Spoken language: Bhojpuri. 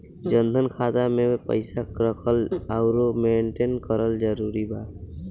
जनधन खाता मे पईसा रखल आउर मेंटेन करल जरूरी बा?